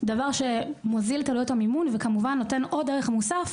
דבר שמוזיל את עלויות המימון ונותן עוד ערך נוסף,